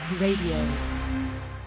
Radio